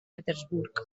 petersburg